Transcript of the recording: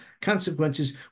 consequences